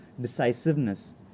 decisiveness